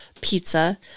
pizza